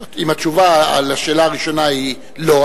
אם התשובה על השאלה הראשונה היא לא,